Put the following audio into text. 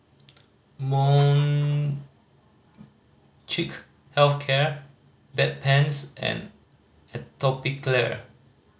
Molnylcke Health Care Bedpans and Atopiclair